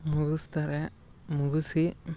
ಮುಗುಸ್ತಾರೆ ಮುಗುಸಿ